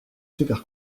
super